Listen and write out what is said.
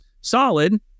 solid